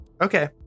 Okay